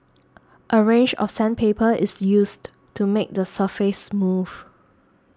a range of sandpaper is used to make the surface smooth